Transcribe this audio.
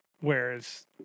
whereas